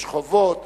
יש חובות,